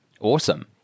Awesome